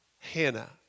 Hannah